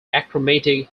achromatic